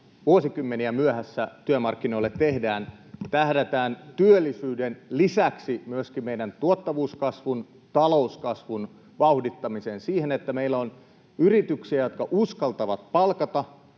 vuosikymmeniä myöhässä työmarkkinoille tehdään, tähdätään työllisyyden lisäksi meidän tuottavuuskasvumme, talouskasvumme vauhdittamiseen, siihen, että meillä on yrityksiä, jotka uskaltavat palkata,